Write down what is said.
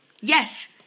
Yes